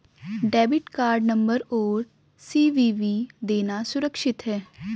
Debit card number और CVV देना सुरक्षित है?